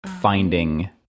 finding